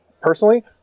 personally